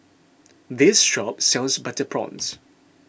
this shop sells Butter Prawns